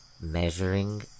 measuring